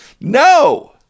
No